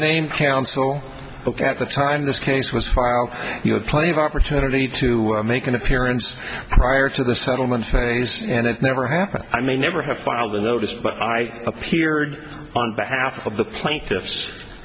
named counsel look at the time this case was filed you had plenty of opportunity to make an appearance prior to the settlement and it never happened i may never have filed a notice but i appeared on behalf of the plaintiffs